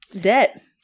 debt